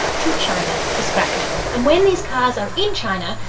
to china for scrap metal. and when these cars are in china,